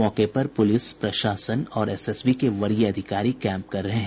मौके पर पूलिस प्रशासन और एसएसबी के वरीय अधिकारी कैंप कर रहे हैं